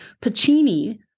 Pacini